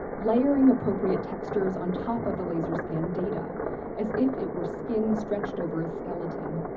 layering appropriate textures on top of the laser scan data as if it were skin stretched over a skeleton.